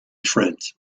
trent